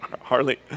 Harley